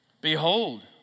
Behold